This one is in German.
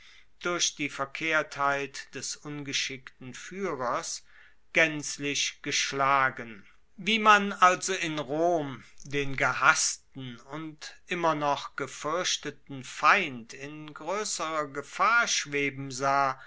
durch die verkehrtheit des ungeschickten fuehrers gaenzlich geschlagen wie man also in rom den gehassten und immer noch gefuerchteten feindin groesserer gefahr schweben sah